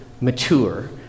mature